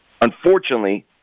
unfortunately